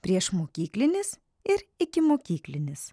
priešmokyklinis ir ikimokyklinis